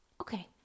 okay